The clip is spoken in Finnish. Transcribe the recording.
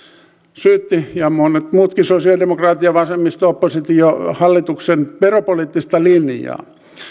syytti ja monet muutkin sosialidemokraatit ja vasemmisto oppositio hallituksen veropoliittista linjaa